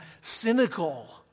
cynical